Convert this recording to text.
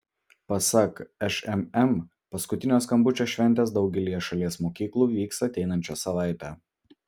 pasak šmm paskutinio skambučio šventės daugelyje šalies mokyklų vyks ateinančią savaitę